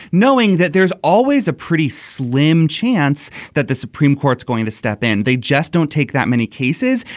knowing that there is always a pretty slim chance that the supreme court's going to step in they just don't take that many cases.